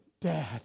Dad